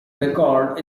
record